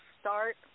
start